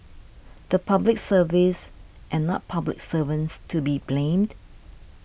the Public Service and not public servants to be blamed